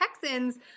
texans